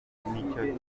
nicyo